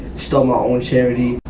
still my own charity.